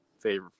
favorite